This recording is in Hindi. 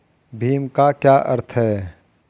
भीम का क्या अर्थ है?